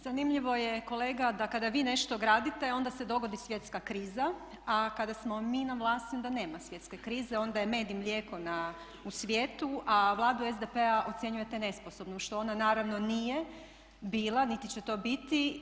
Zanimljivo je kolega da kada vi nešto gradite onda se dogodi svjetska kriza, a kada smo mi na vlasti onda nema svjetske krize, onda je med i mlijeko u svijetu a Vladu SDP-a ocjenjujete nesposobnom što ona naravno nije bila niti će to biti.